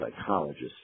psychologist